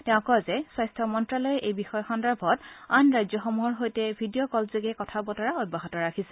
তেওঁ কয় যে স্বাস্থ্য মন্তালয়ে এই বিষয় সন্দৰ্ভত আন ৰাজ্যসমূহৰ সৈতে ভিডিঅ কলযোগে কথা বতৰা অব্যাহত ৰাখিছে